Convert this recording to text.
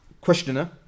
questioner